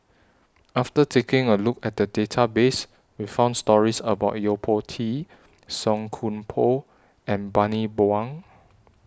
after taking A Look At The Database We found stories about Yo Po Tee Song Koon Poh and Bani Buang